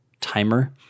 timer